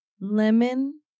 Lemon